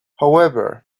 however